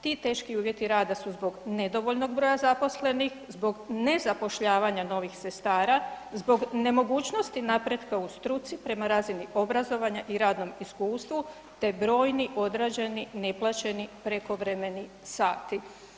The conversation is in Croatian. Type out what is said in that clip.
ti teški uvjeti rada su zbog nedovoljnog broja zaposlenih, zbog nezapošljavanja novih sestara, zbog nemogućnosti napretka u struci prema razini obrazovanja i radnom iskustvu te brojni odrađeni neplaćeni prekovremeni sati.